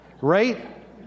right